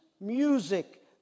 music